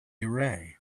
array